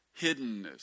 hiddenness